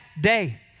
day